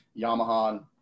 Yamaha